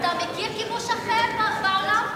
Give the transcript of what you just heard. אתה מכיר כיבוש אחר בעולם?